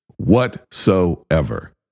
whatsoever